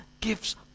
gives